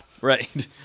Right